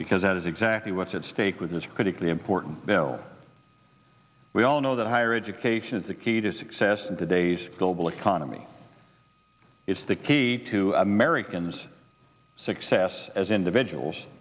because that is exactly what's at stake with this critically important bill we all know that higher education is the key to success in today's global economy it's the key to americans success as individuals